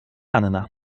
anna